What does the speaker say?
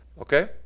Okay